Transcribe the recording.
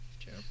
True